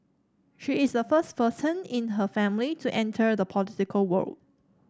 she is the first person in her family to enter the political world